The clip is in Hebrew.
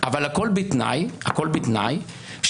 אבל הכול בתנאי שאותו